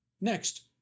Next